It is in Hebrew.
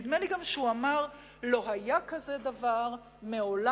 נדמה לי גם שהוא אמר: לא היה כזה דבר מעולם,